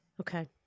Okay